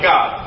God